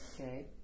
okay